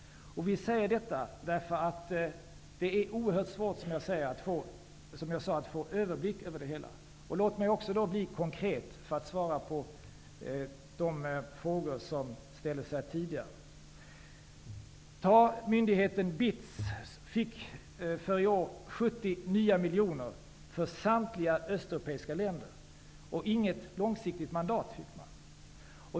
Det är, som jag sade, oerhört svårt att få överblick över det hela, och låt mig då också bli konkret, för att svara på de frågor som ställts här tidigare. Myndigheten BITS fick i år 70 nya miljoner för samtliga östeuropeiska länder, och man fick inget långsiktigt mandat.